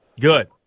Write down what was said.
Good